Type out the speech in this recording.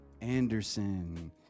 Anderson